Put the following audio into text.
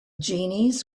genies